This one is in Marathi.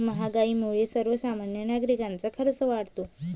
महागाईमुळे सर्वसामान्य नागरिकांचा खर्च वाढतो